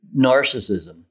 narcissism